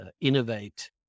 innovate